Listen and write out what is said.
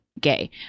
gay